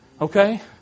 Okay